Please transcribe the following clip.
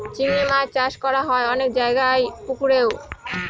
চিংড়ি মাছ চাষ করা হয় অনেক জায়গায় পুকুরেও